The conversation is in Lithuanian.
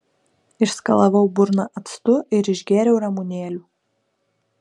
išskalavau burną actu ir išgėriau ramunėlių